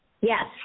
Yes